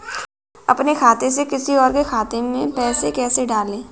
अपने खाते से किसी और के खाते में पैसे कैसे डालें?